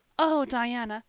oh, diana,